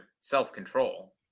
self-control